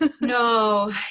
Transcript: no